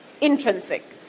intrinsic